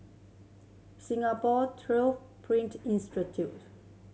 Singapore Twelve Print Institute